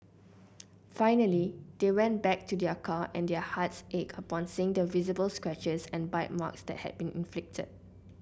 finally they went back to their car and their hearts ached upon seeing the visible scratches and bite marks that had been inflicted